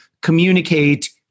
communicate